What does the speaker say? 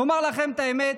נאמר לכם את האמת,